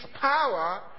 power